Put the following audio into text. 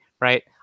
right